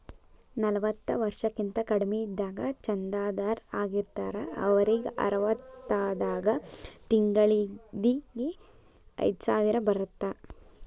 ನಲವತ್ತ ವರ್ಷಕ್ಕಿಂತ ಕಡಿಮಿ ಇದ್ದಾಗ ಚಂದಾದಾರ್ ಆಗಿರ್ತಾರ ಅವರಿಗ್ ಅರವತ್ತಾದಾಗ ತಿಂಗಳಿಗಿ ಐದ್ಸಾವಿರ ಬರತ್ತಾ